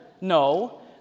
No